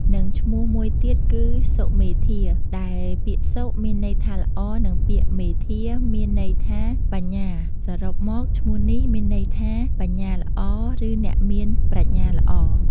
និងឈ្មោះមួយទៀតគឺសុមេធា ដែលពាក្យសុ មានន័យថាល្អ និងពាក្យមេធា មានន័យថាបញ្ញា សរុបមកឈ្មោះនេះមានន័យថា បញ្ញាល្អ ឬអ្នកមានប្រាជ្ញាល្អ។